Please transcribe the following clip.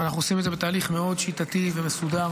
אנחנו עושים את זה בתהליך מאוד שיטתי ומסודר